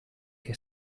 què